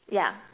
ya